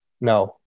no